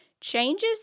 changes